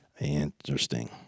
Interesting